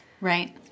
Right